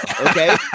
Okay